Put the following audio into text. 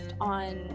on